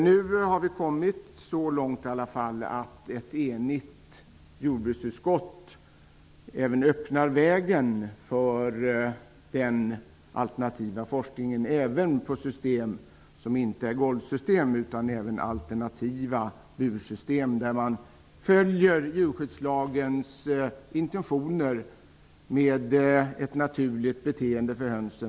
Nu har vi i alla fall kommit så långt att ett enigt jorbruksutskott öppnar vägen även för forskning om alternativa bursystem, där man följer djurskyddslagens intentioner om hönsens naturliga beteende.